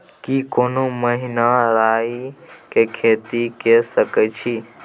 की कोनो महिना राई के खेती के सकैछी?